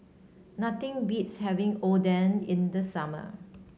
nothing beats having Oden in the summer